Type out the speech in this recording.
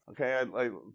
Okay